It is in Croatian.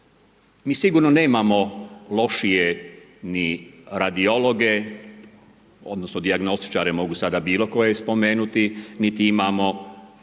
Mi sigurno nemamo lošije ni radiologe odnosno dijagnostičare mogu sada bilo koje spomenuti, niti imamo,…dva